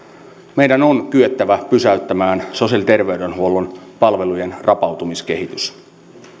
meidän on kyettävä pysäyttämään sosiaali ja terveydenhuollon palveluiden rapautumiskehitys